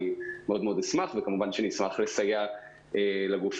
אני אשמח מאוד וכמובן שנשמח לסייע לגופים